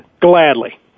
Gladly